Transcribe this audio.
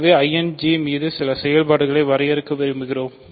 ஆகவே I J மீது சில செயல்பாடுகளை வரையறுக்க விரும்புகிறோம்